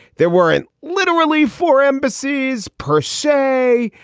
there were and literally four embassies per say.